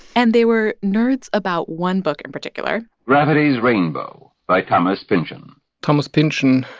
and they were nerds about one book in particular gravity's rainbow by thomas pynchon thomas pynchon,